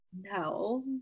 No